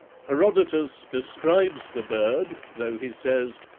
herodotus describes the bird, though he says,